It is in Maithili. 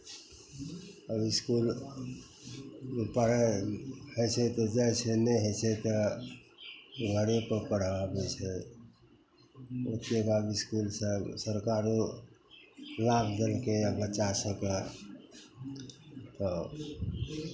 आब इसकुलमे पढ़ाइ होइ छै तऽ जाइ छै नहि होइ छै तऽ घरेपर पढ़ा दै छै एक्के दान इसकुलसँ सरकारो लाभ देलकैए बच्चासभकेँ तऽ